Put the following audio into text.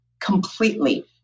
completely